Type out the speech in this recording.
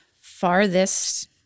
farthest